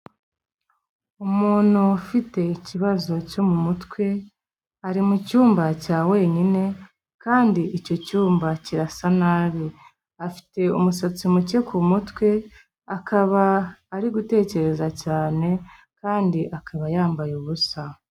Umuntu ufite ikibazo cyo mu mutwe ari mu cyumba cya wenyine kandi icyo cyumba kirasa nabi, afite umusatsi muke ku mutwe akaba ari gutekereza cyane kandi akaba yambaye ubusa.